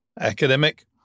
academic